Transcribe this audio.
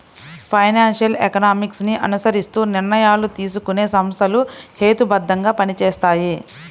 financial economics ని అనుసరిస్తూ నిర్ణయాలు తీసుకునే సంస్థలు హేతుబద్ధంగా పనిచేస్తాయి